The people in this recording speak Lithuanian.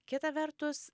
kita vertus